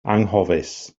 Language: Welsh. anghofus